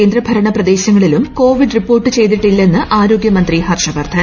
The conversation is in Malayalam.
കേന്ദ്രഭരണപ്രദേശങ്ങളിലും കോപ്പിഡ് റിപ്പോർട്ട് ചെയ്തിട്ടില്ലെന്ന് ആരോഗൃമന്ത്രി ഫ്റർഷ് വർദ്ധൻ